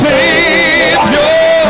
Savior